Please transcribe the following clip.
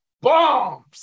bombs